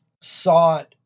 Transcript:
sought